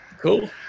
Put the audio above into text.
Cool